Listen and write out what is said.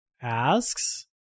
asks